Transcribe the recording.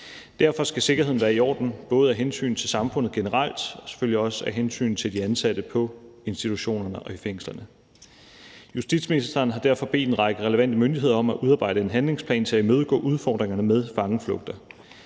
Derfor skal sikkerheden være i orden, både af hensyn til samfundet generelt og selvfølgelig også af hensyn til de ansatte på institutionerne og i fængslerne. Justitsministeren har derfor bedt en række relevante myndigheder om at udarbejde en handlingsplan til at imødegå udfordringerne med fangeflugter.